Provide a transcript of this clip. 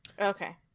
okay